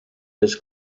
this